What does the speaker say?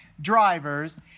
drivers